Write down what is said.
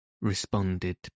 responded